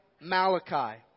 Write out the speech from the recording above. Malachi